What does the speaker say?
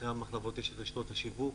אחרי המחלבות יש רשתות השיווק,